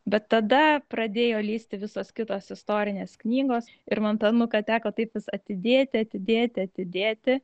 bet tada pradėjo lįsti visos kitos istorinės knygos ir man tą nuką teko taip vis atidėti atidėti atidėti